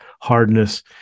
hardness